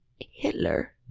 Hitler